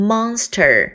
Monster